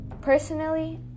Personally